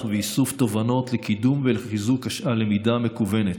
ואיסוף תובנות לקידום ולחיזוק הלמידה המקוונת.